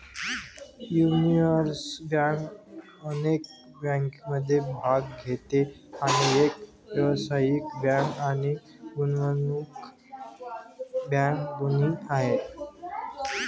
universal bank अनेक बँकिंगमध्ये भाग घेते आणि एक व्यावसायिक बँक आणि गुंतवणूक बँक दोन्ही आहे